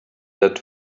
that